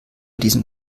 diesem